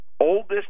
oldest